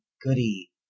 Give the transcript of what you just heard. goody